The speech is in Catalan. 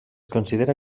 considera